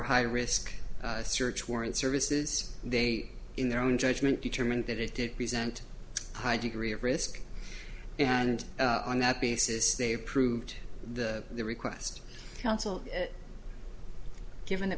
high risk search warrant services they in their own judgment determined that it did present high degree of risk and on that basis they approved the request counsel given that